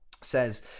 says